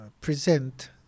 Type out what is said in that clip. present